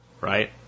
right